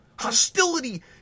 Hostility